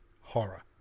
horror